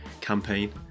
campaign